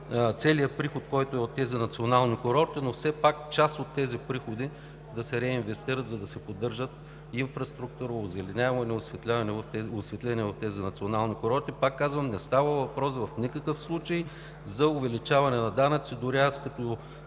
целият приход, който е от тези национални курорти, но все пак част от приходите да се реинвестират, за да се поддържат инфраструктура, озеленяване, осветление в националните курорти. Пак казвам, не става въпрос в никакъв случай за увеличаване на данъци,